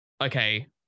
okay